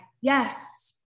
yes